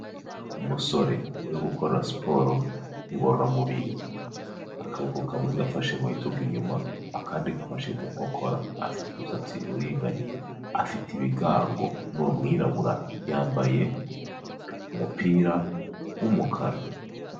Umusore uri gukora siporo ngororamubiri, akaboko kamwe gafashe mu bitugu inyuma, akandi gafashe mu nkokora, afite umusatsi uringaniye, afite ibigango, ni umwirabura, yambaye umupira w'umukara.